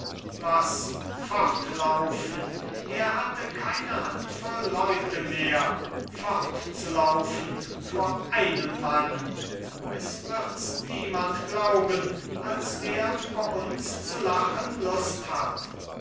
was fortlaufen er hatte keine handvoll leute mehr fortzulaufen vor einem mann es wird's niemand glauben als wer über uns zu lachen lust hat